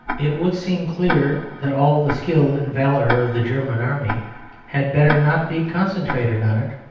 it would seem clear that all the skill and valour of the german army had better not be concentrated on it,